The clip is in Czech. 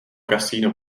kasino